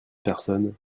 personnes